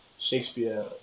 Shakespeare